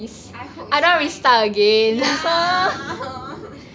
okay I hope it's fine ya